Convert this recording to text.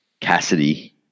Cassidy